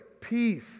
peace